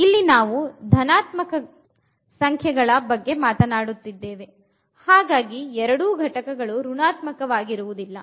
ಇಲ್ಲಿ ನಾವು ಧನಾತ್ಮಕ ಗಳ ಬಗ್ಗೆ ಮಾತನಾಡುತ್ತಿದ್ದೇವೆ ಹಾಗಾಗಿ ಎರೆಡೂ ಘಟಕಗಳು ಋಣಾತ್ಮಕವಾಗಿರುವುದಿಲ್ಲ